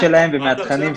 כן, נראה מדליק.